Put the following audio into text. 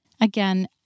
Again